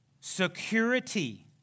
Security